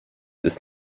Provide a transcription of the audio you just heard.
ist